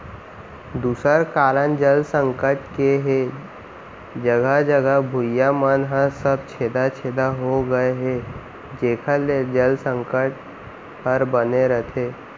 दूसर कारन जल संकट के हे जघा जघा भुइयां मन ह सब छेदा छेदा हो गए हे जेकर ले जल संकट हर बने रथे